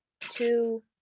two